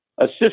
assist